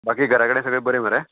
बाकी घरा कडेन सगळें बरें मरे